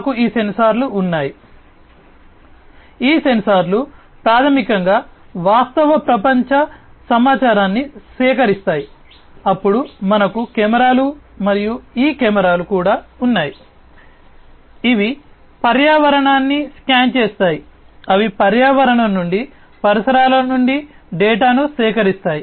మాకు సెన్సార్లు ఉన్నాయి ఈ సెన్సార్లు ప్రాథమికంగా వాస్తవ ప్రపంచ సమాచారాన్ని సేకరిస్తాయి అప్పుడు మనకు కెమెరాలు మరియు ఈ కెమెరాలు కూడా ఉన్నాయి అవి పర్యావరణాన్ని స్కాన్ చేస్తాయి అవి పర్యావరణం నుండి పరిసరాల నుండి డేటాను సేకరిస్తాయి